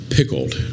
Pickled